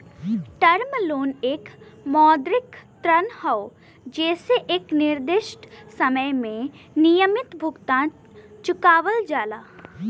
term loan एक मौद्रिक ऋण हौ जेसे एक निश्चित समय में नियमित भुगतान चुकावल जाला